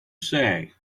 say